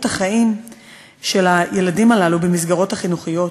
החיים של הילדים הללו במסגרות החינוכיות.